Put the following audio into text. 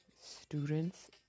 students